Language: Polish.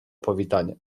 powitanie